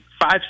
five